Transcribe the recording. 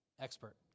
Expert